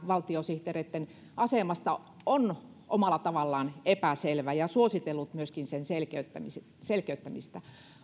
valtiosihteereitten asemasta on omalla tavallaan epäselvä ja suositellut myöskin sen selkeyttämistä selkeyttämistä